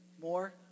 more